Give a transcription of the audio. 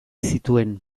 zituen